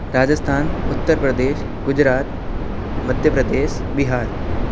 Rajasthan Uttar Pradesh Gujarat Madhya Pradesh Bihar